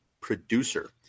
producer